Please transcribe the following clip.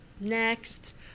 Next